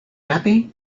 happy